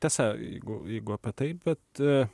tiesa jeigu jeigu taip bet